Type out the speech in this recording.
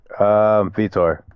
Vitor